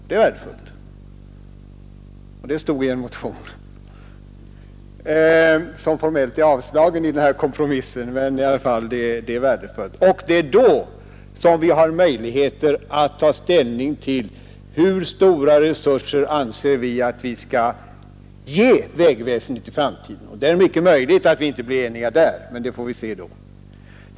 Det har föreslagits i en motion, som visserligen formellt blir avslagen i den här kompromissen, men förslaget är i alla fall värdefullt, för det är då vi får möjligheter att ta ställning till hur stora resurser vi skall ge vägväsendet i framtiden. Det är mycket möjligt att vi inte blir eniga på den punkten, men det får vi se då.